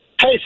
Hey